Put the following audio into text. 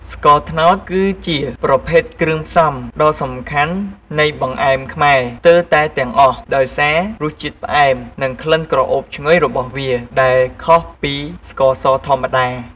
ស្ករត្នោត គឺជាប្រភេទគ្រឿងផ្សំដ៏សំខាន់នៃបង្អែមខ្មែរស្ទើរតែទាំងអស់ ដោយសាររសជាតិផ្អែម និងក្លិនក្រអូបឈ្ងុយរបស់វា ដែលខុសពីស្ករសធម្មតា។